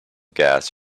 gas